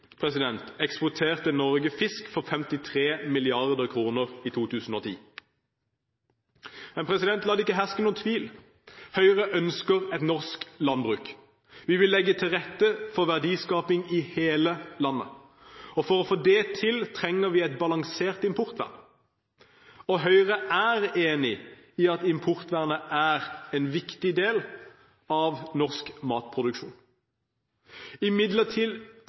eksporterte Norge fisk for 53 mrd. kr i 2010. Men la det ikke herske noen tvil: Høyre ønsker et norsk landbruk. Vi vil legge til rette for verdiskaping i hele landet. For å få det til trenger vi et balansert importvern, og Høyre er enig i at importvernet er en viktig del av norsk matproduksjon. Imidlertid